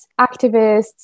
activists